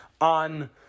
on